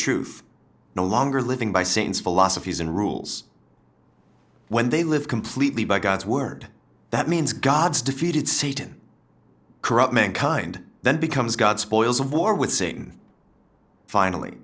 truth no longer living by saints philosophies and rules when they live completely by god's word that means god's defeated seat in corrupt mankind then becomes god spoils of war with seeing finally